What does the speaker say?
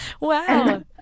wow